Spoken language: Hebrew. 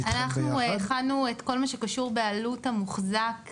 אנחנו הכנו את כל מה שקשור בעלות המוחזק בשב"ס,